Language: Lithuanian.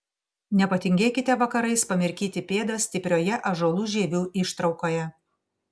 nepatingėkite vakarais pamirkyti pėdas stiprioje ąžuolų žievių ištraukoje